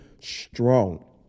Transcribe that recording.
strong